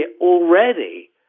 already